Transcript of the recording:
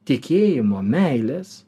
tikėjimo meilės